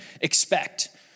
expect